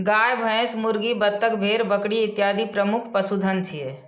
गाय, भैंस, मुर्गी, बत्तख, भेड़, बकरी इत्यादि प्रमुख पशुधन छियै